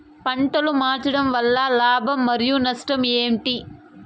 పంటలు మార్చడం వలన లాభం మరియు నష్టం ఏంటి